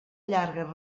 llargues